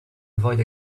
avoid